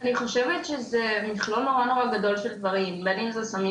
אני חושבת שזה מכלול נורא נורא גדול של דברים לפעמים זה סמים